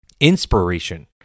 inspiration